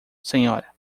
senhora